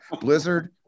blizzard